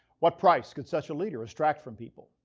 what price could such a leader extract from people?